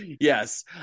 yes